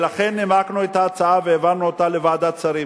ולכן נימקנו את ההצעה והעברנו אותה לוועדת שרים.